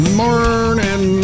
morning